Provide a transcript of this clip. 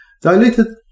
Dilated